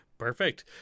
perfect